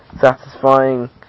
satisfying